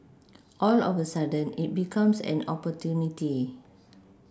all of a sudden it becomes an opportunity